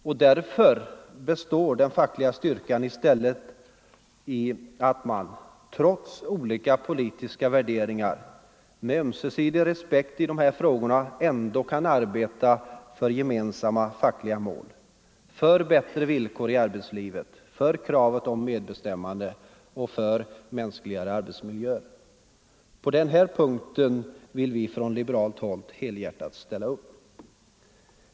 Och därför består den fackliga styrkan i stället i att man, trots olika politiska värderingar, med ömsesidig respekt i dessa frågor ändå kan arbeta för gemensamma fackliga mål: för bättre villkor i arbetslivet, för kravet på medbestämmande och för en mänskligare arbetsmiljö. På den punkten vill vi från liberalt håll helhjärtat ställa upp.